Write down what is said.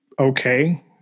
okay